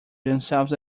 themselves